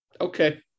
Okay